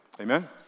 Amen